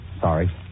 Sorry